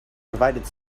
provided